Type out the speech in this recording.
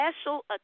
special